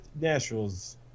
Nashville's